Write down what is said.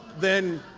then.